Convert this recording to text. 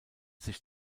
sich